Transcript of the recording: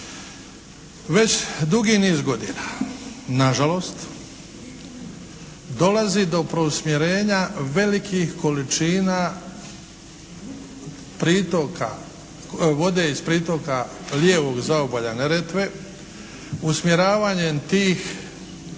Već dugi niz godina na žalost dolazi do preusmjerenja velikih količina pritoka, vode iz pritoka lijevog zaobalja Neretve. Usmjeravanjem tih